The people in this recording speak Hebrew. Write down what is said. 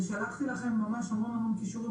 שלחתי לכם ממש המון המון קישורים,